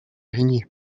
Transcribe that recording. grigny